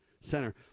Center